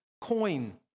coin